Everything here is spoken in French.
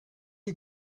les